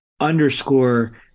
underscore